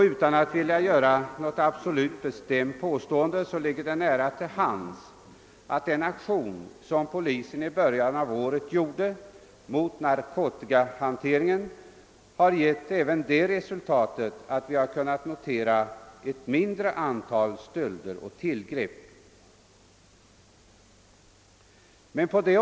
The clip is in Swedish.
Utan att vilja göra något bestämt påstående vill jag säga att det ligger nära till hands att tro att den aktion mot narkotikahanteringen som polisen gjorde i början av året har givit till resultat ett mindre antal stölder och tillgrepp.